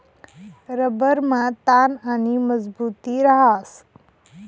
रबरमा ताण आणि मजबुती रहास